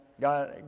God